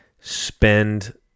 spend